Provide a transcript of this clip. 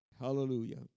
Hallelujah